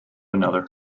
another